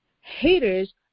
haters